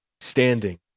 standing